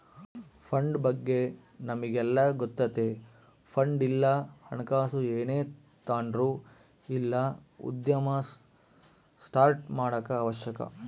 fund ಬಗ್ಗೆ ನಮಿಗೆಲ್ಲ ಗೊತ್ತತೆ ಫಂಡ್ ಇಲ್ಲ ಹಣಕಾಸು ಏನೇ ತಾಂಡ್ರು ಇಲ್ಲ ಉದ್ಯಮ ಸ್ಟಾರ್ಟ್ ಮಾಡಾಕ ಅವಶ್ಯಕ